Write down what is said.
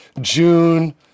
June